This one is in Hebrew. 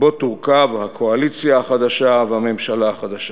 שבו תורכב הקואליציה החדשה והממשלה החדשה.